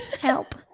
Help